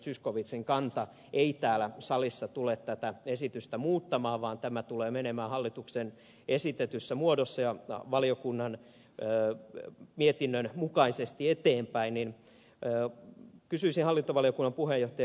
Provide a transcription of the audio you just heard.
zyskowiczin kanta ei täällä salissa tule tätä esitystä muuttamaan vaan tämä tulee menemään hallituksen esittämässä muodossa ja valiokunnan mietinnön mukaisesti eteenpäin niin kysyisin hallintovaliokunnan puheenjohtaja ed